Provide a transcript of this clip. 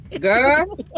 Girl